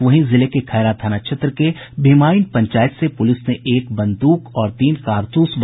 वहीं जिले के खैरा थाना क्षेत्र के भिमाईन पंचायत से पुलिस ने एक बंदूक और तीन कारतूस बरामद किया है